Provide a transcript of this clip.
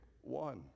one